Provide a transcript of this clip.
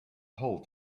whole